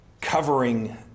covering